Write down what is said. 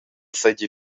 seigi